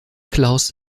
klaus